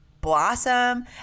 blossom